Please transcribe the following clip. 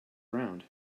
round